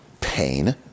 pain